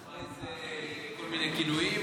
אחרי זה כל מיני כינויים.